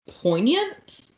poignant